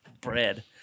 Bread